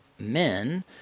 men